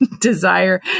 desire